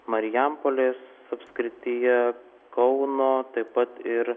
marijampolės apskrityje kauno taip pat ir